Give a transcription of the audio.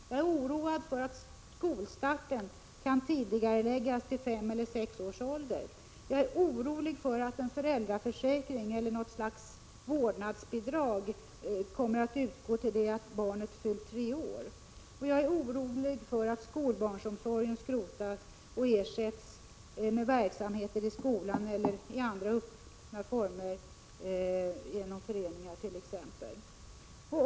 Jag är orolig för att skolstarten kan tidigareläggas till fem eller sex års ålder. Jag är orolig för att en föräldraförsäkring eller något slags vårdnadsbidrag kommer att utgå till dess barnet fyllt tre år. Jag är orolig för att skolbarnsomsorgen skrotas och ersätts med verksamhet i skolan eller i andra öppna former, t.ex. i föreningar.